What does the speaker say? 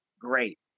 great